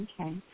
Okay